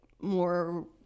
more